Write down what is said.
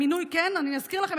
אני אזכיר לכם,